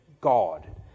God